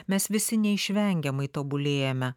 mes visi neišvengiamai tobulėjame